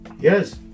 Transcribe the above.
Yes